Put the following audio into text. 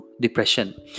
depression